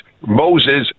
Moses